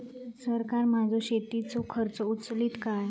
सरकार माझो शेतीचो खर्च उचलीत काय?